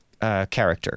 Character